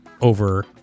over